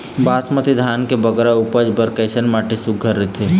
बासमती धान के बगरा उपज बर कैसन माटी सुघ्घर रथे?